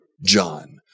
John